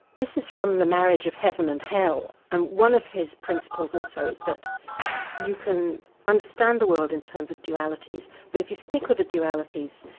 this is from the marriage of heaven and hell. one of his principles also is that you can understand the world in terms of dualities, but if you stick with the dualities,